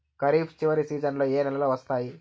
ఖరీఫ్ చివరి సీజన్లలో ఏ నెలలు వస్తాయి?